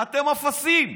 אתם אפסים,